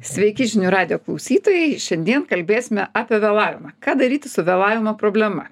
sveiki žinių radijo klausytojai šiandien kalbėsime apie vėlavimą ką daryti su vėlavimo problema